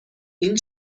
این